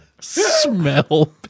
smell